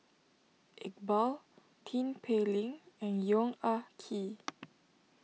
Iqbal Tin Pei Ling and Yong Ah Kee